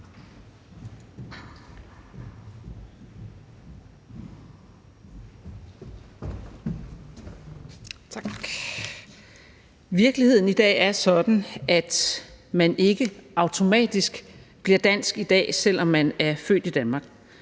Virkeligheden i dag er sådan, at man ikke automatisk bliver dansk, selv om man er født i Danmark,